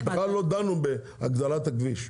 בכלל לא דנו בהגדלת הכביש.